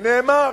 ונאמר